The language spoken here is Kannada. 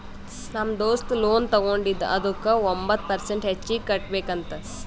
ನಮ್ ದೋಸ್ತ ಲೋನ್ ತಗೊಂಡಿದ ಅದುಕ್ಕ ಒಂಬತ್ ಪರ್ಸೆಂಟ್ ಹೆಚ್ಚಿಗ್ ಕಟ್ಬೇಕ್ ಅಂತ್